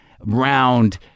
round